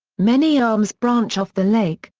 many arms branch off the lake,